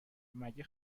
مگه